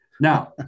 Now